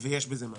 ויש בזה משהו,